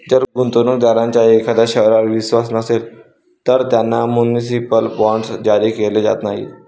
जर गुंतवणूक दारांचा एखाद्या शहरावर विश्वास नसेल, तर त्यांना म्युनिसिपल बॉण्ड्स जारी केले जात नाहीत